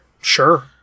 Sure